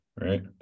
right